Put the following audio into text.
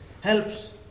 helps